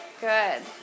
Good